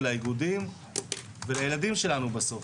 לאיגודים וילדים שלנו בסוף.